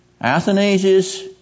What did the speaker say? Athanasius